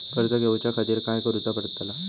कर्ज घेऊच्या खातीर काय करुचा पडतला?